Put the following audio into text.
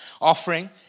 offering